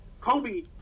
kobe